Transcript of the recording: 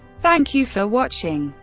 thank you for watching.